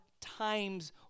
times